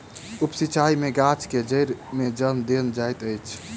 उप सिचाई में गाछ के जइड़ में जल देल जाइत अछि